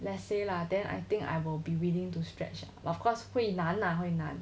let's say lah then I think I will be willing to stretch but of course 会难 lah 会难